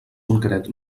concret